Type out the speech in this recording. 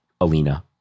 Alina